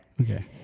Okay